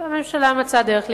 והממשלה מצאה דרך להתקפל,